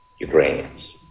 Ukrainians